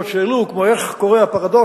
זו לא ישיבת ועדה.